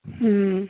ਹਮ